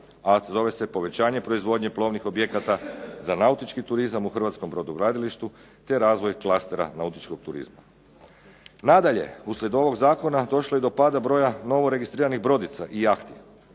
a zove se "Povećanje proizvodnje plovnih objekata za nautički turizam u hrvatskom brodogradilištu te razvoj klastera nautičkog turizma". Nadalje, uslijed ovog zakona došlo je do pada broja novoregistriranih brodica i jahti.